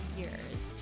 years